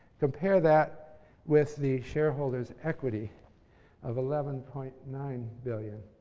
compare that with the shareholders' equity of eleven point nine billion